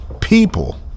people